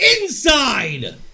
Inside